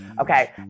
Okay